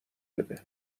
بده